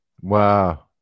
Wow